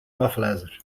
wafelijzer